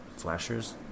flashers